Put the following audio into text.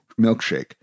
milkshake